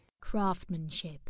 craftsmanship